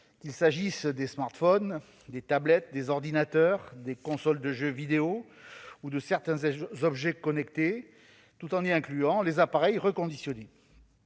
qu'il s'agisse des smartphones, des tablettes, des ordinateurs, des consoles de jeux vidéo ou de certains objets connectés, tout en incluant les appareils reconditionnés.